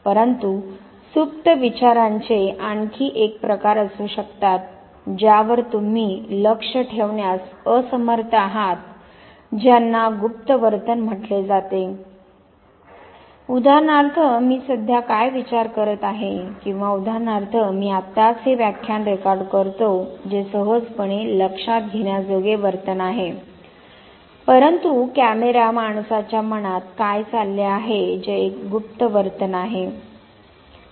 परंतु सुप्त विचारांचे आणखी एक प्रकार असू शकतात ज्यावर तुम्ही लक्ष ठेवण्यास असमर्थ आहात ज्यांना गुप्त वर्तन म्हटले जाते उदाहरणार्थ मी सध्या काय विचार करत आहे किंवा उदाहरणार्थ मी आत्ताच हे व्याख्यान रेकॉर्ड करतो जे सहजपणे लक्षात घेण्याजोगे वर्तन आहे परंतु कॅमेरा माणसाच्या मनात काय चालले आहे जे एक गुप्त वर्तन आहे